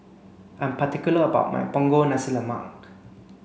I'm particular about my Punggol Nasi Lemak